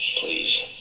Please